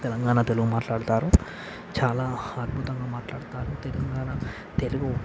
తెలంగాణ తెలుగు మాట్లాడతారు చాలా అద్భుతంగా మాట్లాడతారు తెలంగాణ తెలుగు